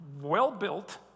well-built